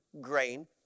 grain